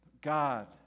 God